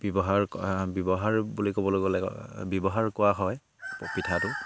ব্যৱহাৰ ব্যৱহাৰ বুলি ক'বলৈ গ'লে ব্যৱহাৰ কৰা হয় পিঠাটো